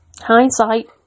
Hindsight